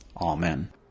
Amen